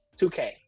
2k